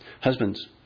Husbands